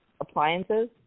appliances